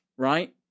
Right